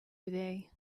today